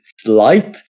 slight